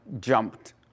jumped